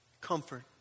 comfort